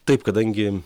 taip kadangi